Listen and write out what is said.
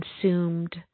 consumed